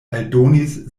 aldonis